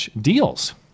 deals